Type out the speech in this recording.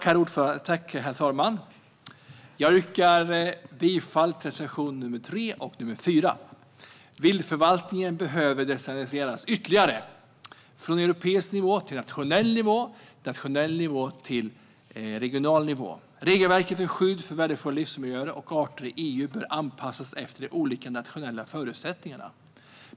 Herr talman! Jag yrkar bifall till reservationerna 3 och 4. Viltförvaltningen behöver decentraliseras ytterligare - från europeisk nivå till nationell nivå och från nationell nivå till regional nivå. Regelverket för skydd för värdefulla livsmiljöer och arter i EU bör anpassas efter de olika nationella förutsättningarna.